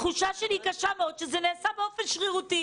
התחושה שלי היא קשה מאוד והיא שזה נעשה באופן שרירותי.